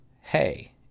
Hey